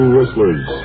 Whistlers